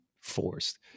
forced